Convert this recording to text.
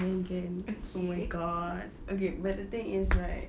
can can oh my god okay but the thing is right